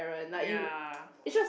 ya